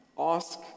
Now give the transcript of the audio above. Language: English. Ask